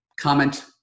comment